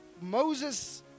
Moses